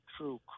true